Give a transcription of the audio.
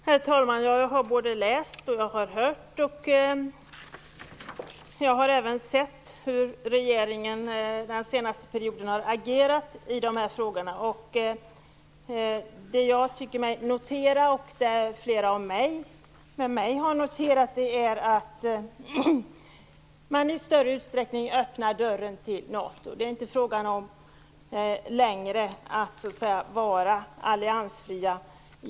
Herr talman! Jag har både läst, hört och även sett hur regeringen den senaste tiden har agerat i dessa frågor. Jag och flera med mig har noterat att man i större utsträckning öppnar dörren för NATO. Det är inte längre fråga om att vara alliansfri.